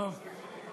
לפרוטוקול.